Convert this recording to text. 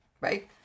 right